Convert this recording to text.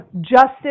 justice